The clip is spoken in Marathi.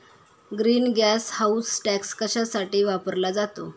ग्रीन गॅस हाऊस टॅक्स कशासाठी वापरला जातो?